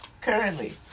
currently